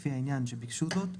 לפי העניין שביקשו זאת,